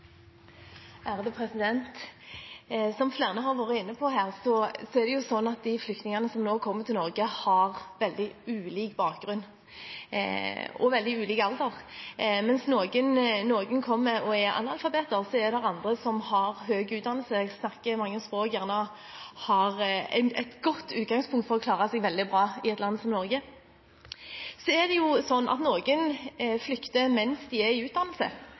Som flere har vært inne på her, har de flyktningene som nå kommer til Norge, veldig ulik bakgrunn og veldig ulik alder. Mens noen av dem som kommer, er analfabeter, er det andre som har høy utdannelse, som snakker flere språk, og som har et godt utgangspunkt for å klare seg veldig bra i et land som Norge. Noen flykter mens de er under utdannelse, noe som gjør at de ikke får fullført den utdannelsen som de